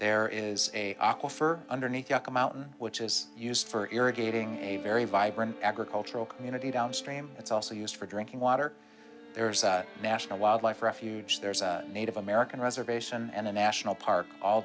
there is a aquifer underneath a mountain which is used for irrigating a very vibrant agricultural community downstream it's also used for drinking water national wildlife refuge there's a native american reservation and a national park all